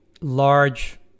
large